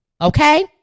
okay